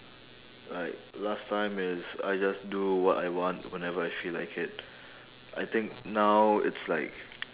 like last time is I just do what I want whenever I feel like it I think now it's like